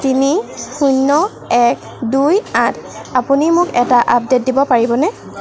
তিনি শূন্য এক দুই আঠ আপুনি মোক এটা আপডে'ট দিব পাৰিবনে